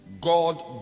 God